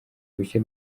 bushya